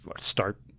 start